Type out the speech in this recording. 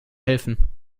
helfen